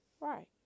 Right